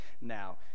now